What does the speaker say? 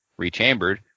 rechambered